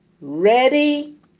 Ready